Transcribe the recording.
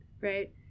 right